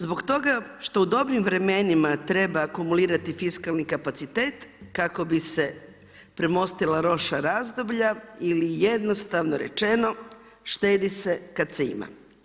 Zbog toga što u dobrim vremenima treba akumulirati fiskalni kapacitet, kako bi se premostila loša razdoblja ili jednostavno rečeno, štedi se kad se ima.